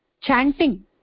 Chanting